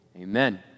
Amen